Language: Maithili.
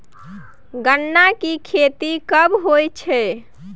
गन्ना की खेती कब होय छै?